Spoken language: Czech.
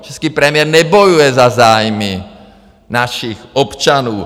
Český premiér nebojuje za zájmy našich občanů.